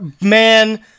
Man